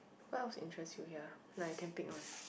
what else interest you here ah nah you can pick one